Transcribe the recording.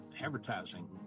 advertising